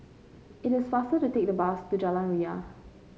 it is faster to take the bus to Jalan Ria